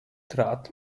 trat